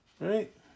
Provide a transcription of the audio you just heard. right